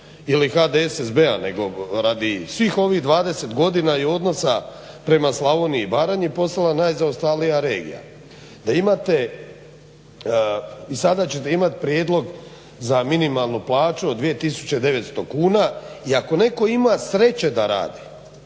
ili HDSSB-a nego radi svih ovih 20 godina i odnosa prema Slavoniji i Baranji postala najzaostalija regija, da imate i sada ćete imati prijedlog za minimalnu plaću od 2900 kuna i ako netko ima sreće da radi.